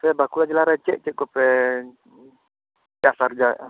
ᱟᱯᱮ ᱵᱟᱸᱠᱩᱲᱟ ᱡᱮᱞᱟᱨᱮ ᱪᱮᱫ ᱪᱮᱫ ᱠᱚᱯᱮ ᱪᱟᱥ ᱟᱨᱡᱟᱣ ᱮᱜᱼᱟ